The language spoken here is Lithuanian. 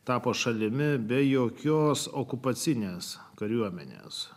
tapo šalimi be jokios okupacinės kariuomenės